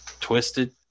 Twisted